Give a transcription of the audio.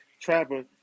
trapper